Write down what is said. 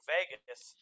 Vegas